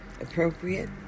appropriate